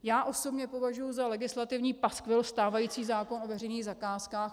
Já osobně považuji za legislativní paskvil stávající zákon o veřejných zakázkách.